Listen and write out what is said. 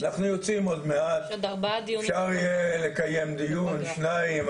יש עוד ארבעה דיונים --- אפשר יהיה לקיים דיון או שניים,